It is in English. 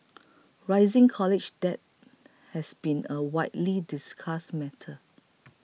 rising college debt has been a widely discussed matter